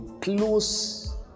close